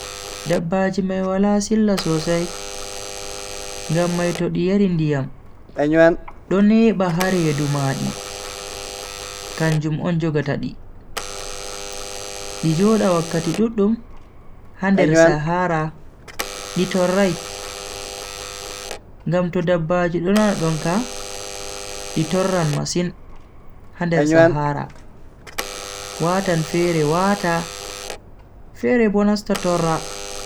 Dabbaji mai wala silla sosai ngam mai to di yari ndiyam do neba ha redu ma di kanjum on jogata di, di joda wakkati duddum ha nder sahara di torrai. ngam to dabbaji do nana donka di torran masin ha nder sahara watan fere wata fere bo nasta torra.